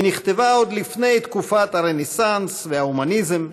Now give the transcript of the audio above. היא נכתבה עוד לפני תקופת הרנסנס וההומניזם,